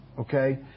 okay